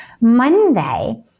Monday